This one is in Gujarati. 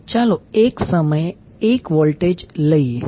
ચાલો એક સમયે એક વોલ્ટેજ લઈએ